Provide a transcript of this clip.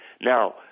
Now